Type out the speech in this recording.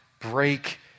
break